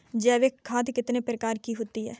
जैविक खाद कितने प्रकार की होती हैं?